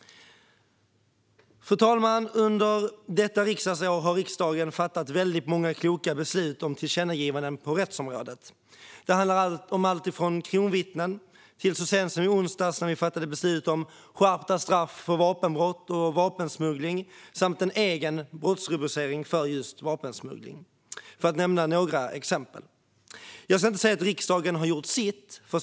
Fru talman! Under detta riksdagsår har riksdagen fattat väldigt många kloka beslut om tillkännagivanden på rättsområdet. Det handlar, för att nämna några exempel, om allt från kronvittnen till att riksdagen så sent som i onsdags fattade beslut om skärpta straff för vapenbrott och vapensmuggling samt om en egen brottsrubricering för vapensmuggling. Jag ska inte säga att riksdagen har gjort sitt.